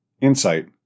insight